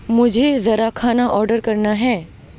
مجھے ذرا کھانا آرڈر کرنا ہے